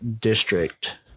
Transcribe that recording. district